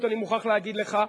אני מוכרח להגיד לך,